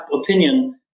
opinion